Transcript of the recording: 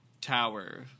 tower